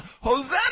Hosanna